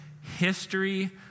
history